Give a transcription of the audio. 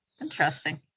interesting